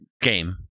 game